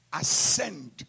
ascend